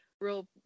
real